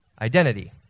identity